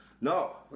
No